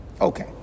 Okay